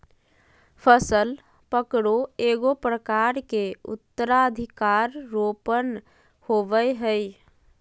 फसल पकरो एगो प्रकार के उत्तराधिकार रोपण होबय हइ